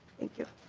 thank you.